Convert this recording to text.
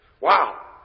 Wow